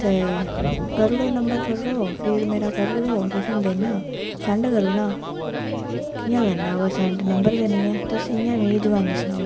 ते करुड़ो नंबर करुड़ो फीड मेरा करुड़ो तुसें दिन्ना सैंड करुना कियां करना बा सैंड नंबर गै नी ऐ तुस इ'यां मिगी जबानी सनाओ